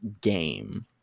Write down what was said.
game